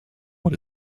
what